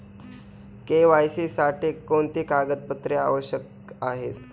KYC साठी कोणती कागदपत्रे आवश्यक आहेत?